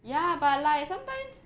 ya but like sometimes